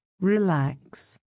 relax